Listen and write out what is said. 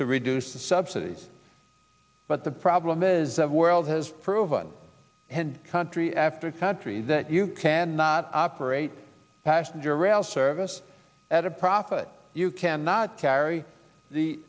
to reduce the subsidies but the problem is the world has proven country after country that you cannot operate passenger rail service at a profit you cannot carry the